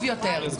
זו דעתי.